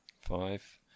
Five